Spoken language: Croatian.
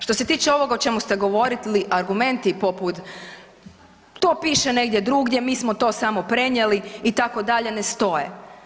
Što se tiče ovog o čemu ste govorili, argumenti poput to piše negdje drugdje, mi smo to samo prenijeli, itd., ne stoje.